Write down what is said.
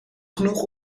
genoeg